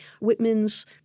Whitman's